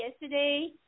yesterday